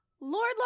Lord